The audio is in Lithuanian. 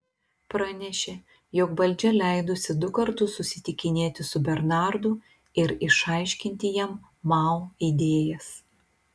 pranešė jog valdžia leidusi du kartus susitikinėti su bernardu ir išaiškinti jam mao idėjas